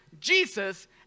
Jesus